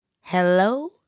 hello